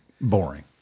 boring